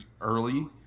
early